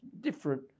Different